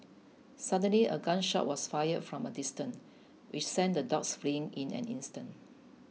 suddenly a gun shot was fired from a distance which sent the dogs fleeing in an instant